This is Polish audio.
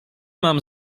mam